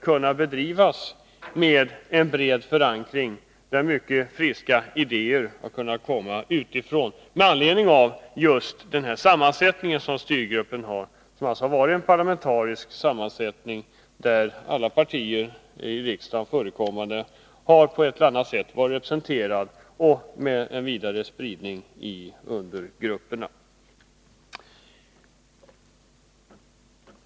Just genom att gruppen varit parlamentariskt sammansatt har man dessutom fått en bred förankring för arbetet, som har kunnat tillföras många friska idéer utifrån. Styrgruppen har också haft en vidare spridning av sitt arbete i undergrupperna.